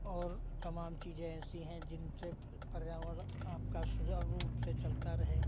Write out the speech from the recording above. और तमाम चीज़ें ऐसी हैं जिनसे पर्यावरण आपका सुचारू रूप से चलता रहे